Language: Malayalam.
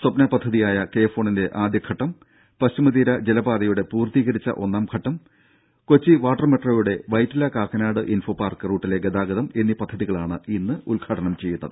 സ്വപ്ന പദ്ധതിയായ കെ ഫോണിന്റെ ആദ്യഘട്ടം പശ്ചിമ തീര ജലപാതയുടെ പൂർത്തീകരിച്ച ഒന്നാംഘട്ടം കൊച്ചി വാട്ടർ മെട്രോയുടെ വൈറ്റില കാക്കനാട് ഇൻഫോ പാർക്ക് റൂട്ടിലെ ഗതാഗതം എന്നീ പദ്ധതികളാണ് ഇന്ന് ഉദ്ഘാടനം ചെയ്യുന്നത്